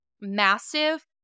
massive